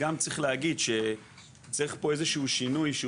צריך גם להגיד שצריך פה איזשהו שינוי שהוא